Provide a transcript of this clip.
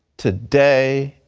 today,